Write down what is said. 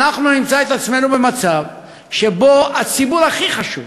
אנחנו נמצא את עצמנו במצב שבו הציבור הכי חשוב,